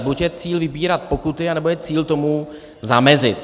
Buď je cíl vybírat pokuty, nebo je cíl tomu zamezit.